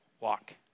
Walk